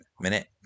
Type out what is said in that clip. Minute